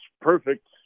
perfect